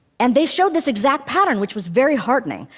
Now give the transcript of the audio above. and they showed this exact pattern, which was very heartening.